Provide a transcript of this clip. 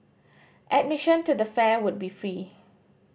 admission to the fair will be free